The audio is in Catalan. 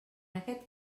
aquest